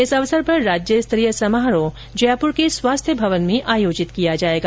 इस अवसर पर राज्य स्तरीय समारोह जयपुर के स्वास्थ्य भवन में आयोजित किया जाएगा